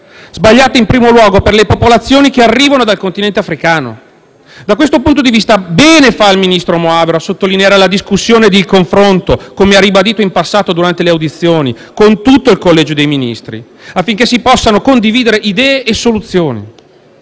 sbagliata, in primo luogo per le popolazioni che arrivano dal continente africano. Da questo punto di vista bene fa il ministro Moavero Milanesi a sottolineare la discussione di confronto, come ha ribadito in passato durante le audizioni, con tutto il collegio dei Ministri, affinché si possano condividere idee e soluzioni.